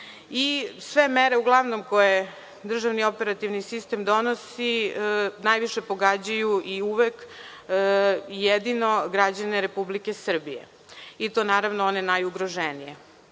sve mere uglavnom koje državno operativni sistem donosi najviše pogađaju i uvek jedino građane Republike Srbije i to naravno one najugroženije. Takođe